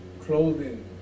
clothing